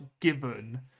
given